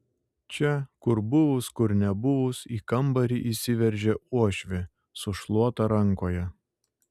čia kur buvus kur nebuvus į kambarį įsiveržia uošvė su šluota rankoje